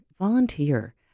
Volunteer